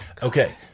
Okay